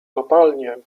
kopalnie